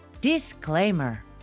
disclaimer